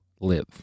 live